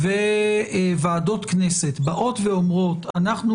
וועדות כנסת באות ואומרות שאנחנו